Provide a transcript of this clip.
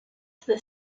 the